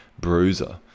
Bruiser